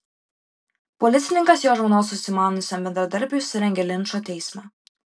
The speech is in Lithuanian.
policininkas jo žmonos užsimaniusiam bendradarbiui surengė linčo teismą